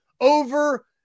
over